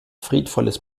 friedvolles